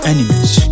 Enemies